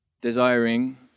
desiring